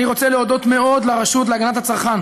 אני רוצה להודות מאוד לרשות להגנת הצרכן,